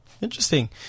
Interesting